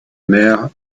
mère